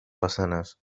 façanes